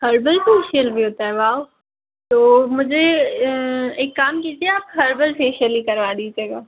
herbal facial भी होता है वाओ तो मुझे एक काम कीजिए आप हर्बल फेसियल ही करवा दीजिएगा